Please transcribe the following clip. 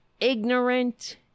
ignorant